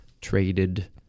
traded